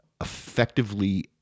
effectively